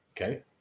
Okay